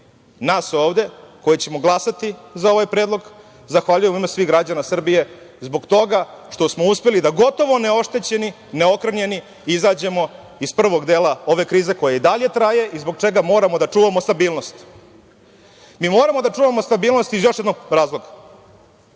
nas ovde, koji ćemo glasati za ovaj predlog, zahvaljujem u ime svih građana Srbije zbog toga što smo uspeli da gotovo neoštećeni, neokrnjeni, izađemo iz prvog dela ove krize koja i dalje traje i zbog čega moramo da čuvamo stabilnost. Mi moramo da čuvamo stabilnost iz još jednog razloga.